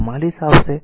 44 આવશે